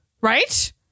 right